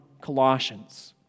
Colossians